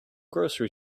grocery